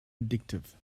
addictive